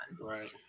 Right